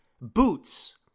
boots